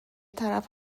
طرف